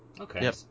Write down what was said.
Okay